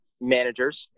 managers